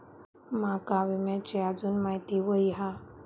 माका विम्याची आजून माहिती व्हयी हा?